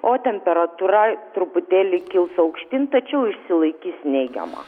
o temperatūra truputėlį kils aukštyn tačiau išsilaikys neigiama